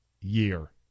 year